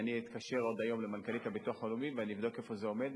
אני אתקשר עוד היום למנכ"לית הביטוח הלאומי ואני אבדוק איפה זה עומד,